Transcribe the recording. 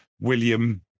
William